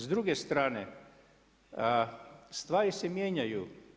S druge strane, stvari se mijenjaju.